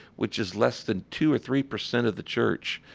which is less than two or three percent of the church.